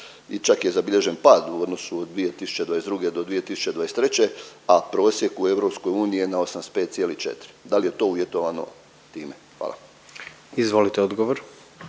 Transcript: čak je zabilježen pad u odnosu od 2022. do 2023., a prosjek u EU je na 85,4, da li je to uvjetovano time? Hvala. **Jandroković,